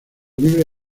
libre